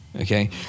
Okay